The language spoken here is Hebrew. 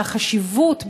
והחשיבות,